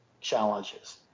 challenges